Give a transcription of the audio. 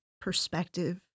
perspective